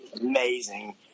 amazing